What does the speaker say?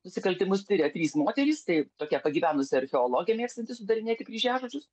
nusikaltimus tiria trys moterys tai tokia pagyvenusi archeologė mėgstanti sudarinėti kryžiažodžius